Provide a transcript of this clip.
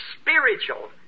spiritual